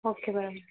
okay madam